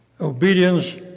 obedience